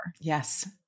Yes